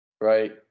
right